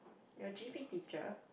your g_p teacher